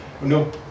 no